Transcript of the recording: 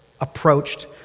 approached